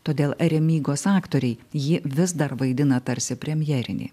todėl remygos aktoriai jį vis dar vaidina tarsi premjerinį